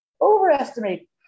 overestimate